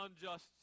unjust